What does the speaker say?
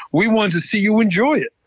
we want to see you enjoy it.